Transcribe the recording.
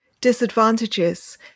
disadvantages